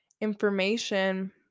information